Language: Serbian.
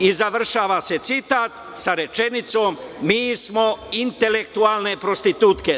I završava se citat sa rečenicom - mi smo intelektualne prostitutke.